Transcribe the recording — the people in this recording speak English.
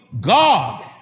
God